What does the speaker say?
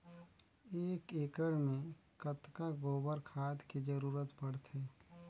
एक एकड़ मे कतका गोबर खाद के जरूरत पड़थे?